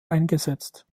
eingesetzt